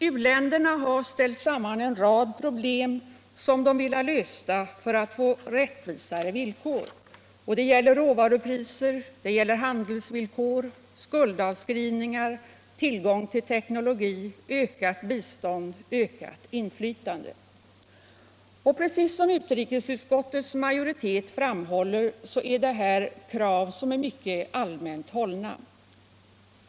U-länderna har ställt samman en rad problem som de vill ha lösta för att få rättvisare villkor. Det gäller råvarupriser, handelsvillkor, skuldavskrivningar, tillgång till teknologi, ökat bistånd, ökat inflytande. Precis som utrikesutskottets majoritet framhåller är dessa krav mycket allmänt hållna.